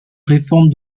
réforme